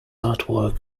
artwork